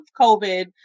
COVID